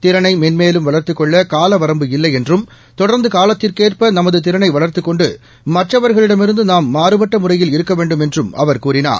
திறனைமென்மேலும் கொள்ளகாலவரம்பு வளர்த்துக் இல்லைஎன்றும் தொடர்ந்துகாலத்திற்கேற்பநமதுதிறனைவளர்த்துக் கொண்டு மற்றவர்களிடமிருந்துநாம் மாறுபட்டமுறையில் இருக்கவேண்டும் என்றும் அவர் கூறினார்